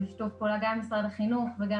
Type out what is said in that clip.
זה בשיתוף פעולה גם עם משרד החינוך וגם